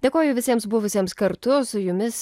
dėkoju visiems buvusiems kartu su jumis